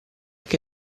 che